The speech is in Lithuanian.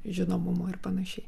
žinomumo ir panašiai